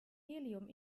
helium